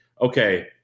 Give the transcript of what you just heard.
okay